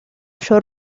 oyó